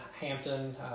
Hampton